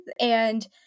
and-